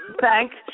Thanks